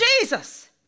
Jesus